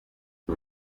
ati